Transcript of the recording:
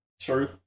True